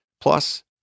Plus